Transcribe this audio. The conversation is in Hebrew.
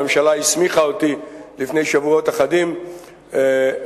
הממשלה הסמיכה אותי לפני שבועות אחדים לשמש